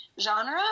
genre